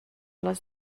les